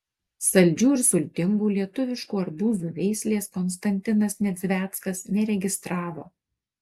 saldžių ir sultingų lietuviškų arbūzų veislės konstantinas nedzveckas neregistravo